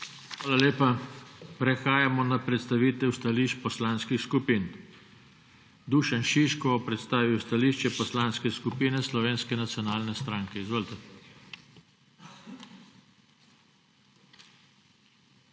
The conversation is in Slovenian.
Hvala lepa. Prehajamo na predstavitev stališč poslanskih skupin. Dušan Šiško bo predstavil stališče Poslanske skupine Slovenske nacionalne stranke. Izvolite.